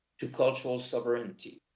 to cultural sovereignty.